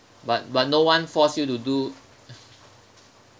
but but no one force you to do